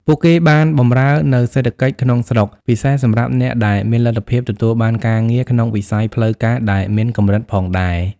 ពួកគេបានបម្រើនូវសេដ្ឋកិច្ចក្នុងស្រុក ពិសេសសម្រាប់អ្នកដែលមានលទ្ធភាពទទួលបានការងារក្នុងវិស័យផ្លូវការដែលមានកម្រិតផងដែរ ។